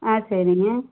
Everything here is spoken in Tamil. ஆ சரிங்க